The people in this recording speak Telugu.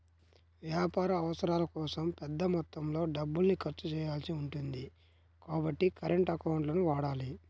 వ్యాపార అవసరాల కోసం పెద్ద మొత్తంలో డబ్బుల్ని ఖర్చు చేయాల్సి ఉంటుంది కాబట్టి కరెంట్ అకౌంట్లను వాడాలి